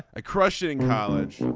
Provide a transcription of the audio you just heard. a crushing college